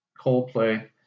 Coldplay